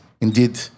indeed